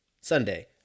sunday